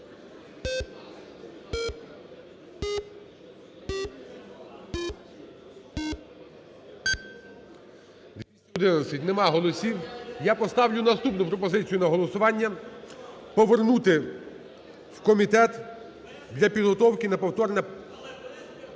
Я поставлю наступну пропозицію на голосування: повернути в комітет для підготовки на повторне…